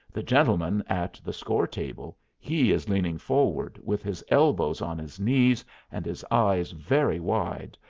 the gentleman at the score-table, he is leaning forward, with his elbows on his knees and his eyes very wide,